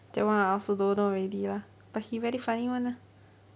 that one I also don't know already lah but he very funny [one] lah